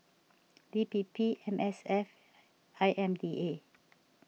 D P P M S F I M D A